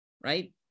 right